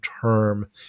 term